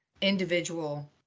individual